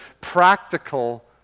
practical